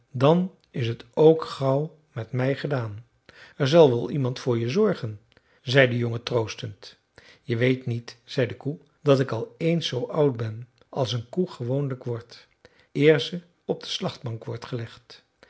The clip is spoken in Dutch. dan is het ook gauw met mij gedaan er zal wel iemand voor je zorgen zei de jongen troostend je weet niet zei de koe dat ik al ééns zoo oud ben als een koe gewoonlijk wordt eer ze op de slachtbank wordt gelegd